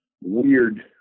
weird